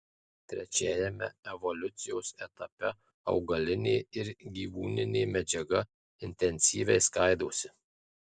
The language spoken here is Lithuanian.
trečiajame evoliucijos etape augalinė ir gyvūninė medžiaga intensyviai skaidosi